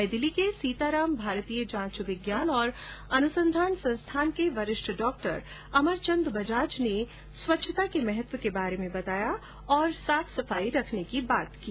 नई दिल्ली के सीताराम भारतीय जांच विज्ञान और अनुसंधान संस्थान के वरिष्ठ डॉक्टर अमरचन्द बजाज ने स्वच्छता के महत्व के बारे में बताया और से साफ सफाई रखने की बात कही